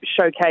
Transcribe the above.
showcase